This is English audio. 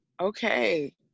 Okay